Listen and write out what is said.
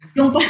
Yung